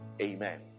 Amen